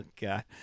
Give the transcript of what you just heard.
god